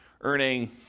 earning